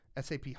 SAP